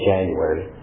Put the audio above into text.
January